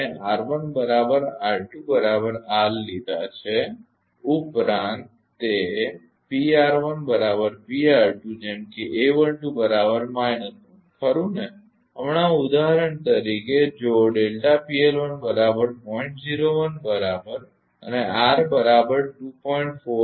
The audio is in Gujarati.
આપણે લીધા છે તે ઉપરાંત તે જેમ કે ખરુ ને હમણાં ઉદાહરણ તરીકે જો બરાબર અને આર બરાબર 2